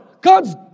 God's